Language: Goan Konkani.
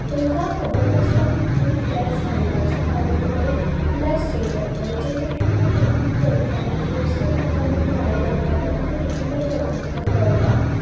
तेंकां खबर नासता की खंय डॅप्स घालपाची आनी खंय लायट स्टेट करतले जेन्ना आपूण हें पयलींत करता लायक फर्स्ट टायम जेन्ना आमी ट्राय करता तेन्ना हे डिफिकल्ट जाता आमकां कळपाक